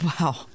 Wow